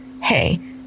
Hey